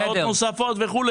שעות נוספות וכו'.